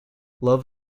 love